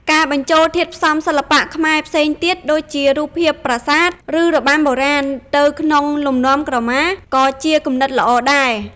ការបញ្ចូលធាតុផ្សំសិល្បៈខ្មែរផ្សេងទៀត ដូចជារូបភាពប្រាសាទ ឬរបាំបុរាណ ទៅក្នុងលំនាំក្រមា ក៏ជាគំនិតល្អដែរ។